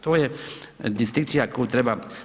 To je distinkcija koju treba